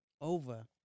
over